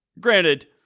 granted